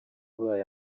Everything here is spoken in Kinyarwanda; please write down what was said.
ubaye